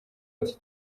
ati